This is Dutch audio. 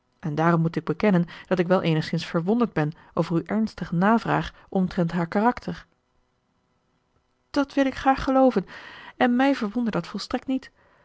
en daarom moet ik bekennen dat ik wel eenigszins verwonderd ben over uw ernstige navraag omtrent haar karakter dat wil ik graag gelooven en mij verwondert dat volstrekt niet